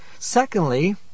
Secondly